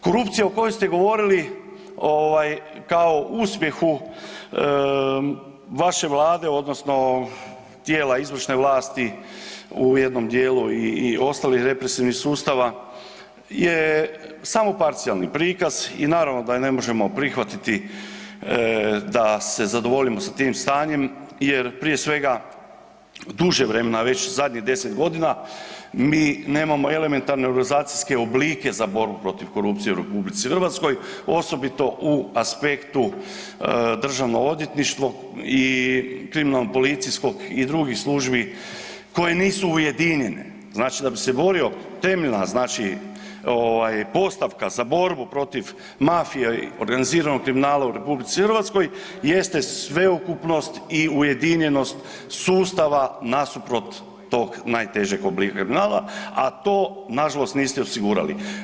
Korupcija o kojoj ste govorili kao uspjehu vaše Vlade, odnosno tijela izvršne vlasti u jednom dijelu i ostali represivni sustava, je samo parcijalni prikaz i naravno da je ne možemo prihvatiti da se zadovoljimo sa tim stanjem jer, prije svega, duže vremena, već zadnjih 10 godina mi nemamo elementarne organizacijske oblike za borbu protiv korupcije u RH, osobito u aspektu Državno odvjetništvo i kriminalno policijskog i drugih službi koje nisu ujedinjene, znači da bi se borio … znači postavka za borbu protiv mafije i organiziranog kriminala u RH jeste sveukupnost i ujedinjenost sustava nasuprot tog najtežeg oblika kriminala, a to nažalost niste osigurali.